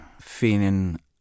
feeling